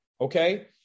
Okay